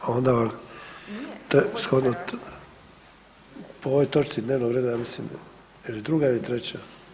A onda vam shodno …… [[Upadica sa strane, ne razumije se.]] Po ovoj točci dnevnog reda, ja mislim, je li druga ili treća?